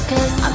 Cause